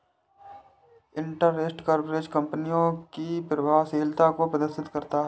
interest coverage ratio company की प्रभावशीलता को प्रदर्शित करता है